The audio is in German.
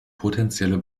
potenzielle